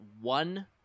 one